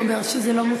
הוא אומר שזה לא מותנה.